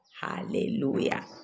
hallelujah